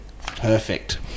perfect